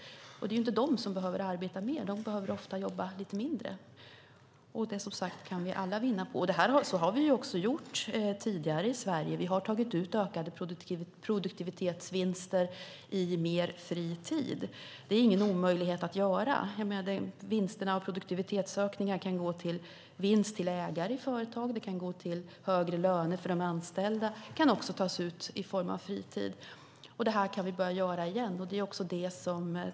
Det är ju inte de som behöver arbeta mer. De behöver ofta jobba lite mindre. Och det kan vi, som sagt, alla vinna på. Så har vi också gjort tidigare i Sverige. Vi har tagit ut ökade produktivitetsvinster i mer fri tid. Det är ingen omöjlighet att göra. Vinsterna av produktivitetsökningar kan gå till vinst till ägare i företag. De kan gå till högre löner för de anställda. De kan också tas ut i form av fri tid. Så kan vi börja göra igen.